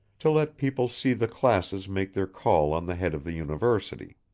to let people see the classes make their call on the head of the university.